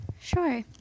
Sure